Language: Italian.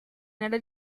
nella